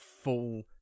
full